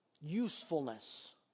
usefulness